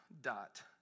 dot